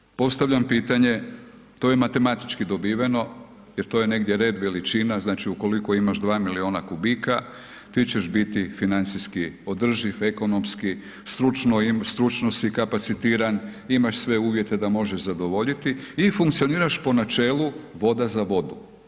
Međutim, postavljam pitanje, to je matematički dobiveno jer to je negdje red veličina znači ukoliko imaš 2 milijuna kubika ti ćeš biti financijski održiv, ekonomski, stručno si kapacitiran, imaš sve uvjete da možeš zadovoljiti i funkcioniraš po načelu voda za vodu.